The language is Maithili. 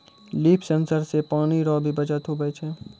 लिफ सेंसर से पानी रो भी बचत हुवै छै